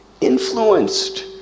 influenced